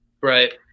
Right